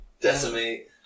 Decimate